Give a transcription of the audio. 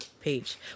page